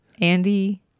Andy